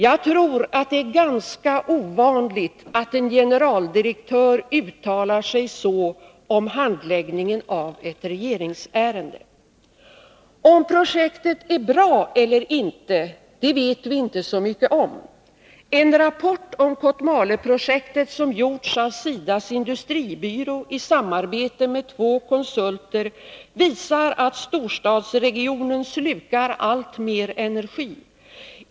Jag tror att det är ganska ovanligt att en generaldirektör uttalar sig så om handläggningen av ett regeringsärende. Om projektet är ett bra projekt eller inte, det vet vi inte så mycket om. En rapport om Kotmaleprojektet som gjorts av SIDA:s industribyrå i samarbete med två konsulter visar att storstadsregionen slukar alltmer energi.